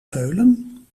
veulen